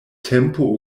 tempo